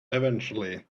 eventually